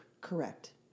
Correct